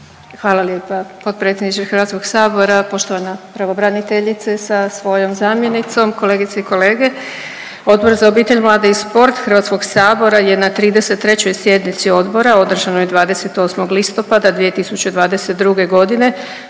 Hvala lijepa potpredsjedniče Hrvatskog sabora, poštovana pravobraniteljice sa svojom zamjenicom, kolegice i kolege. Odbor za obitelj, mlade i sport Hrvatskog sabora je na 33. sjednici odbora održanoj 28. listopada 2022. godine